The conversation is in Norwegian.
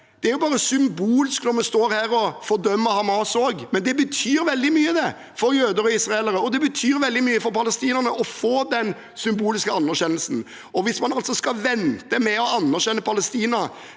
Det er også bare symbolsk når vi står her og fordømmer Hamas, men det betyr veldig mye for jøder og israelere, og det betyr veldig mye for palestinerne å få den symbolske anerkjennelsen. Hvis man skal vente med å anerkjenne Palestina